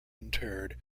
interred